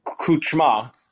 Kuchma